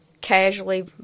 casually